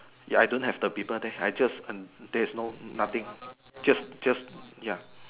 ya I don't have the people there I just uh there's no nothing just just ya